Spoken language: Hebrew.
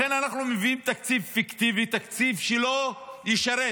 לכן אנחנו מביאים תקציב פיקטיבי, תקציב שלא ישרת